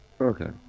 Okay